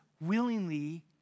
willingly